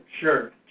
Sure